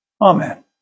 Amen